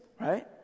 Right